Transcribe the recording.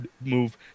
move